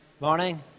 morning